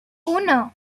uno